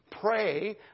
pray